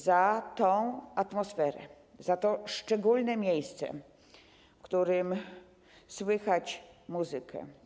Za tę atmosferę, za to szczególne miejsce, w którym słychać muzykę.